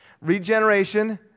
regeneration